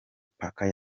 parker